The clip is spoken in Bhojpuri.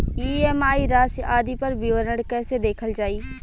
ई.एम.आई राशि आदि पर विवरण कैसे देखल जाइ?